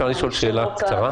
גבי, אפשר לשאול שאלה קצרה?